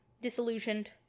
disillusioned